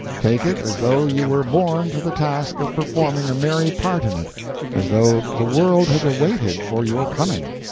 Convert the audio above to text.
take it as though you were born to the task of performing a merry part in it as though the world had awaited for your coming.